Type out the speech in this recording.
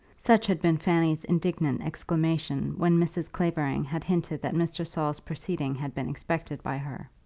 such had been fanny's indignant exclamation when mrs. clavering had hinted that mr. saul's proceeding had been expected by her.